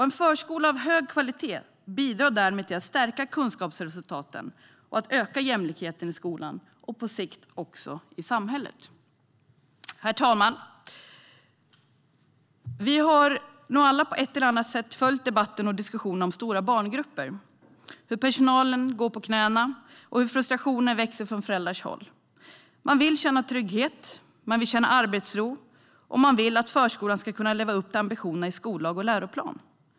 En förskola av hög kvalitet bidrar därmed till att stärka kunskapsresultaten och öka jämlikheten i skolan - och på sikt också i samhället. Herr talman! Vi har nog alla på ett eller annat sätt följt debatten och diskussionen om stora barngrupper, att personalen går på knäna och att frustrationen växer från föräldrarnas håll. Man vill känna trygghet, man vill känna arbetsro och man vill att förskolan ska kunna leva upp till ambitionerna i skollag och läroplan.